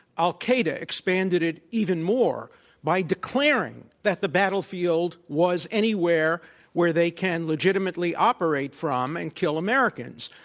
al-qaeda expanded it even more by declaring that the battlefield was anywhere where they can legitimately operate from and kill americans.